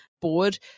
board